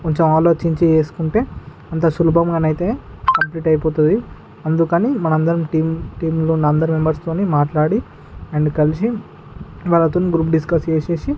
కొంచెం ఆలోచించి చేసుకుంటే అంత సులభమని అయితే అప్డేట్ అయిపోతుంది అందుకని మన అందరం టీం టీంలో ఉన్న అందరి మెంబర్స్తోని మాట్లాడి అండ్ కలిసి వాళ్ళతోని గ్రూప్ డిస్కస్ చేసేసి